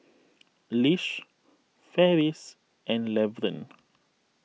Lish Ferris and Levern